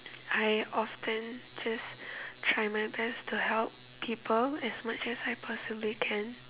I often just try my best to help people as much as I possibly can